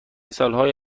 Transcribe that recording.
سالهای